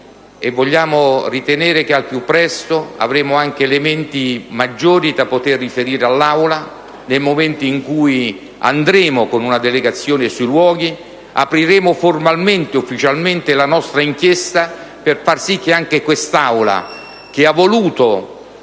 e vogliamo ritenere che, al più presto, avremo elementi maggiori da poter riferire all'Aula. Nel momento in cui andremo con una delegazione sui luoghi, apriremo formalmente e ufficialmente la nostra inchiesta, per far sì che anche quest'Assemblea, che ha voluto